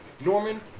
Norman